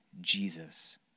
Jesus